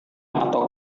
atau